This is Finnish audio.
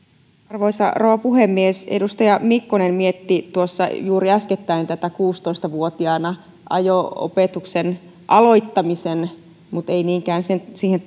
arvoisa rouva puhemies edustaja mikkonen mietti tuossa juuri äskettäin tätä kuusitoista vuotiaana ajo opetuksen aloittamisen eroa siihen